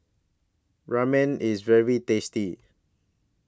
Ramen IS very tasty